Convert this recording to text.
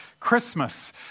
Christmas